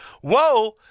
Whoa